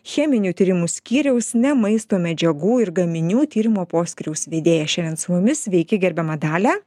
cheminių tyrimų skyriaus ne maisto medžiagų ir gaminių tyrimų poskyriaus vedėja šiandien su mumis sveiki gerbiama dalia